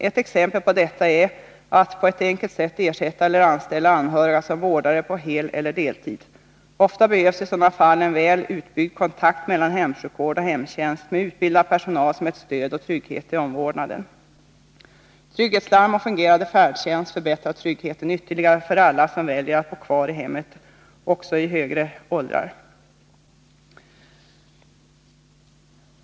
Ett exempel på detta är att på ett enkelt sätt ge ersättning åt eller anställa anhöriga som vårdare på heleller deltid. Ofta behövs i sådana fall en väl utbyggd kontakt mellan hemsjukvård och hemtjänst med utbildad personal som ett stöd och en trygghet i omvårdnaden. Trygghetslarm och fungerande färdtjänst förbättrar tryggheten ytterligare för alla som väljer att bo kvar i hemmet också i högre åldrar.